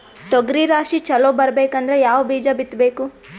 ತೊಗರಿ ರಾಶಿ ಚಲೋ ಬರಬೇಕಂದ್ರ ಯಾವ ಬೀಜ ಬಿತ್ತಬೇಕು?